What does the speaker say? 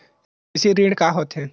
कृषि ऋण का होथे?